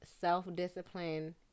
self-discipline